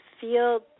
feel